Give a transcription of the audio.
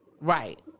Right